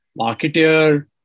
marketer